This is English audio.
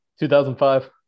2005